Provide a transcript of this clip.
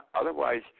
otherwise